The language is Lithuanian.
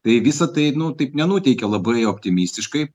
tai visa tai nu taip nenuteikia labai optimistiškai